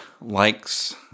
likes